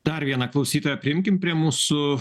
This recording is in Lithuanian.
dar vieną klausytoją priimkim prie mūsų